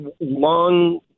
long